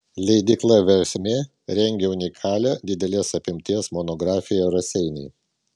leidykla versmė rengia unikalią didelės apimties monografiją raseiniai